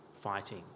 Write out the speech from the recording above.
fighting